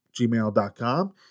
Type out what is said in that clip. gmail.com